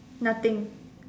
nothing